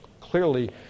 Clearly